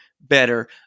better